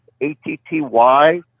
A-T-T-Y